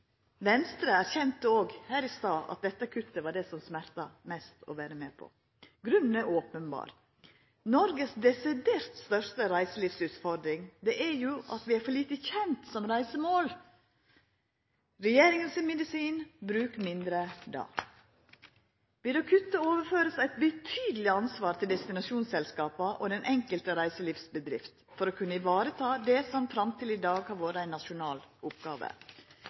Venstre erkjente også her i stad at dette kuttet var det som smerta mest å vera med på. Grunnen er openberr. Noregs desidert største reiselivsutfordring er at vi er for lite kjende som reisemål. Medisinen til regjeringa: Bruk mindre då! Ved å kutta vert eit betydeleg ansvar overført til destinasjonsselskapa og den enkelte reiselivsbedrifta for å kunna vareta det som fram til i dag har vore ei nasjonal oppgåve.